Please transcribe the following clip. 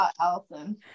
Allison